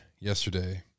yesterday